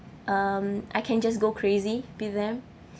um I can just go crazy with them